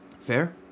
Fair